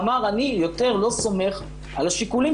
אמר אני יותר לא סומך על השיקולים